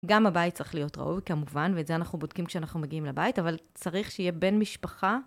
גם הבית צריך להיות ראוי כמובן ואת זה אנחנו בודקים כשאנחנו מגיעים לבית אבל צריך שיהיה בן משפחה.